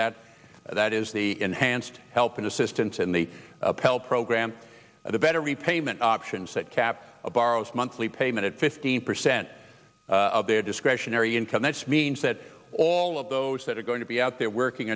that that is the enhanced help and assistance in the pell program the better repayment options that cap borrows monthly payment at fifteen percent of their discretionary income that's means that all of those that are going to be out there working